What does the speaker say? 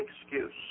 excuse